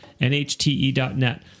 nhte.net